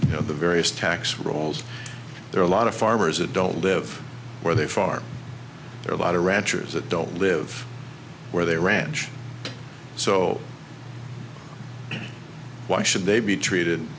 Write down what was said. f the various tax rolls there are a lot of farmers adult live where they farm there are a lot of ranchers that don't live where they ranch so why should they be treated